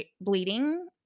bleeding